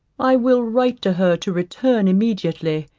i will write to her to return immediately